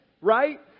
Right